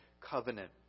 covenant